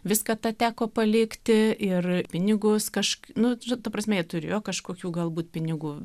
viską tą teko palikti ir pinigus kašk nu ta prasme ta prasme jie turėjo kažkokių galbūt pinigų